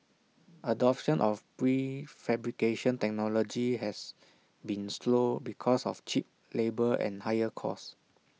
adoption of prefabrication technology has been slow because of cheap labour and higher cost